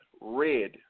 red